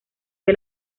fue